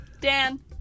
dan